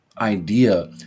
idea